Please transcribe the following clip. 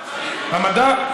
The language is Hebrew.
המדע?